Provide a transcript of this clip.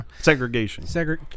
segregation